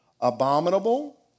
abominable